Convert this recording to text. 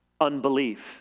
unbelief